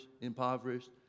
impoverished